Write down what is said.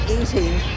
eating